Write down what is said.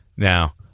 Now